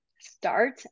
start